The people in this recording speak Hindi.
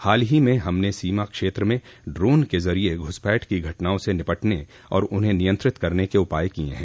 हाल ही में हमने सीमा क्षेत्र में ड्रोन के जरिए घुसपैठ की घटनाओं से निपटने और उन्हें नियंत्रित करने के उपाय किये हैं